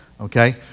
Okay